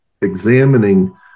examining